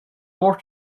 more